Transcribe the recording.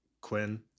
Quinn